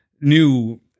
new